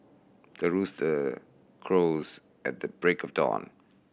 the rooster crows at the break of dawn